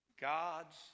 God's